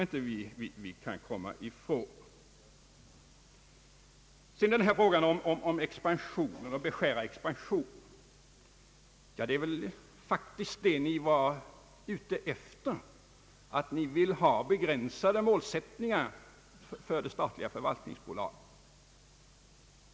Vad frågan om att beskära expansionen beträffar så är det väl faktiskt det ni är ute efter, när ni vill ha begränsade målsättningar för det statliga förvaltningsbolaget.